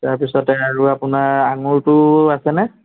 তাৰপিছতে আৰু আপোনাৰ আঙুৰটো আছে নে